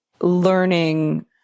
learning